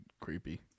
creepy